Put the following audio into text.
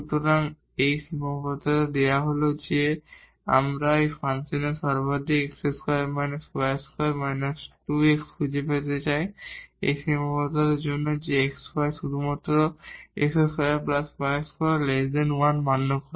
সুতরাং এই সীমাবদ্ধতা দেওয়া হল যে আমরা এই ফাংশনের maximum minimum x2 − y2−2 x খুঁজে পেতে চাই এই সীমাবদ্ধতার মধ্যে যে x y শুধুমাত্র x2 y2 1 মান্য করে